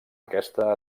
aquesta